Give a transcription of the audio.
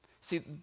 See